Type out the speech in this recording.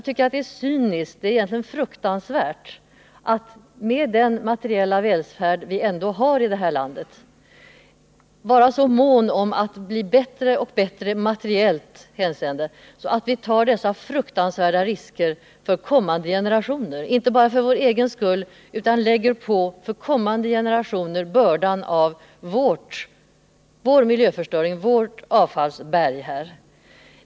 Det är egentligen cyniskt att man, med den materiella välfärd som vi ändå har i detta land, är så mån om att få det ännu bättre att man tar dessa fruktansvärda risker för kommande generationer och lägger på dem bördan av vår miljöförstöring, vårt avfallsberg.